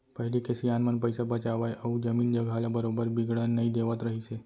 पहिली के सियान मन पइसा बचावय अउ जमीन जघा ल बरोबर बिगड़न नई देवत रहिस हे